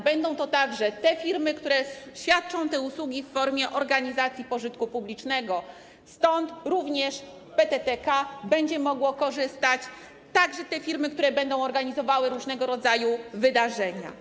Będą to również firmy, które świadczą te usługi w formie organizacji pożytku publicznego - stąd również PTTK będzie mogło z tego korzystać - a także firmy, które będą organizowały różnego rodzaju wydarzenia.